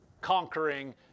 conquering